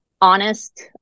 honest